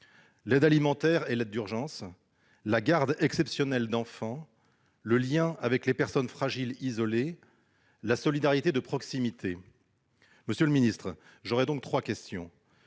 l'aide alimentaire et l'aide d'urgence, la garde exceptionnelle d'enfants, le lien avec les personnes fragiles isolées et la solidarité de proximité. Monsieur le secrétaire d'État, combien